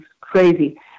crazy